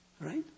Right